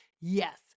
Yes